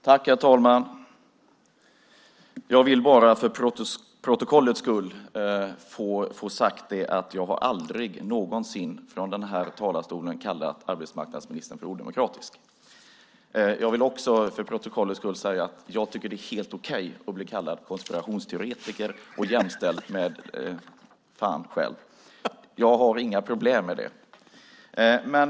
Herr talman! Jag vill för protokollets skull säga att jag aldrig någonsin från den här talarstolen har kallat arbetsmarknadsministern för odemokratisk. Jag vill också för protokollets skulle säga att jag tycker att det är helt okej att bli kallad konspirationsteoretiker och jämställd med fan själv. Jag har inga problem med det.